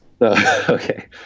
Okay